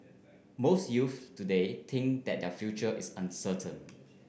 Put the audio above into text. most youths today think that their future is uncertain